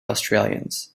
australians